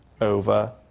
over